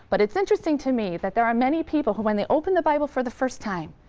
but it's interesting to me that there are many people who, when they open the bible for the first time,